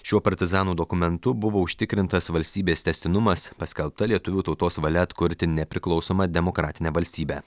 šiuo partizanų dokumentu buvo užtikrintas valstybės tęstinumas paskelbta lietuvių tautos valia atkurti nepriklausomą demokratinę valstybę